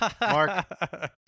Mark